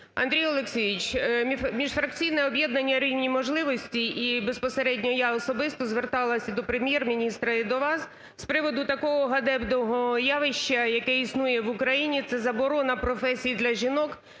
Андрій Олексійович, міжфракційне об'єднання "Рівні можливості" і безпосередньо я особисто зверталася до Прем’єр-міністра і до вас з приводу такого ганебного явища, яке існує в Україні, це заборона професій для жінок,